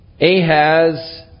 Ahaz